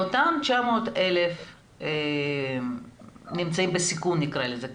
מאותם 900,000 שנמצאים בסיכון, נקרא לזה כך,